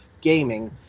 gaming